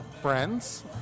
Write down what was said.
Friends